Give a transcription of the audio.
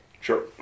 Sure